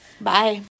Bye